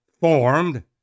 formed